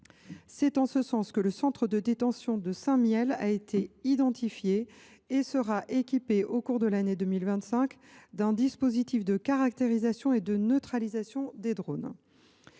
Dans ce cadre, le centre de détention de Saint Mihiel a été identifié et sera équipé, au cours de l’année 2025, d’un dispositif de caractérisation et de neutralisation des drones.